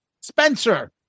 Spencer